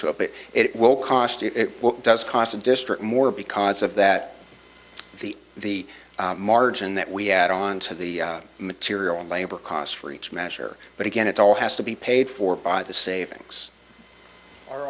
you it does cost a district more because of that the the margin that we add on to the material labor costs for each measure but again it all has to be paid for by the savings are